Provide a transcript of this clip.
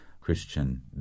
Christian